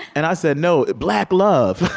and i said, no, black love.